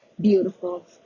beautiful